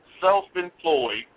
self-employed